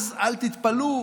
אז אל תתפלאו